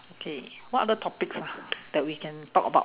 okay what other topics ah that we can talk about